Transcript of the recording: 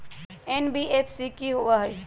NBFC कि होअ हई?